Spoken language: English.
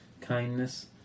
kindness